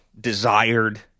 desired